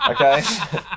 Okay